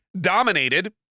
dominated